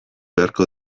beharko